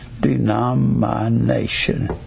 Denomination